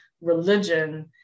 religion